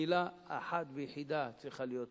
שמלה אחת ויחידה צריכה להיות פה: